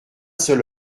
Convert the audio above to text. seul